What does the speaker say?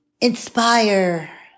inspire